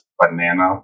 banana